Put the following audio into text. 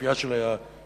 יופיה של האטיות,